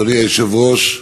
אדוני היושב-ראש,